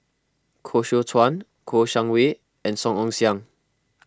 Koh Seow Chuan Kouo Shang Wei and Song Ong Siang